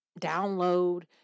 download